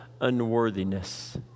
unworthiness